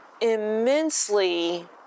immensely